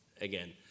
again